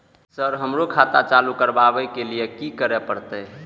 Sir हमरो खाता चालू करबाबे के ली ये की करें परते?